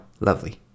Lovely